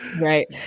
right